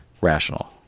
rational